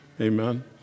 Amen